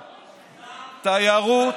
תיירות,